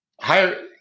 Higher